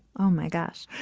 oh my gosh.